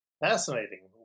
Fascinating